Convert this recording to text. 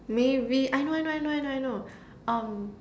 maybe I know I know I know I know I know um